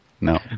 No